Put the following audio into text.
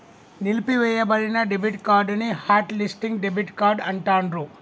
నిలిపివేయబడిన debit card ని hot listing debit card అంటాండ్రు